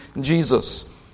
Jesus